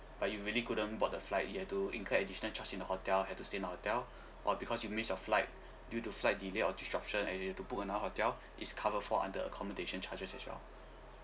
but you really couldn't board the flight you have to incur additional charge in the hotel have to stay in the hotel or because you miss your flight due to flight delay or disruption and you have to book another hotel it's covered for under accommodation charges as well